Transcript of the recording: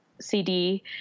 CD